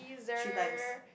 three times